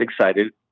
excited